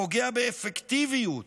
הפוגע באפקטיביות